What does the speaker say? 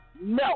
no